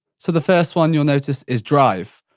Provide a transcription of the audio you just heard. so, the first one you'll notice is drive.